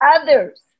others